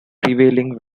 prevailing